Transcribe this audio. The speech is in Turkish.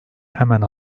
hemen